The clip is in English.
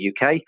UK